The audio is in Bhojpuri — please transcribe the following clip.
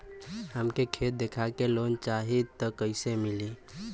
हमके खेत देखा के लोन चाहीत कईसे मिली?